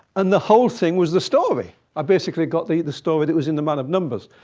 and the whole thing was the story. i basically got the the story that was in the man of numbers.